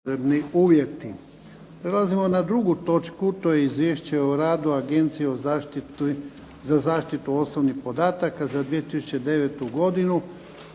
Prelazimo na Izvješće o radu Agencije za zaštitu osobnih podataka za 2009. godinu.